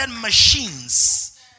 machines